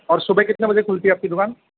और सुबह कितने बजे खुलती है आपकी दुकान